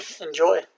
Enjoy